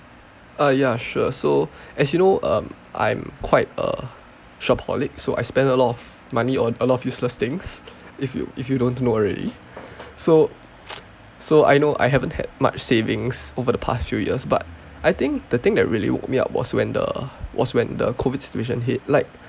uh ya sure so as you know um I'm quite a shopaholic so I spend a lot of money on a lot of useless things if you if you don't know already so so I know I haven't had much savings over the past few years but I think the thing that really woke me up was when the was when the COVID situation hit like